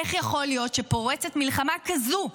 איך יכול להיות שפורצת מלחמה כזו,